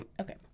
Okay